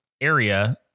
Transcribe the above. area